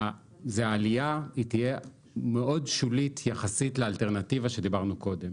העלייה תהיה מאוד שולית יחסית לאלטרנטיבה שדיברנו קודם.